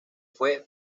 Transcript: fue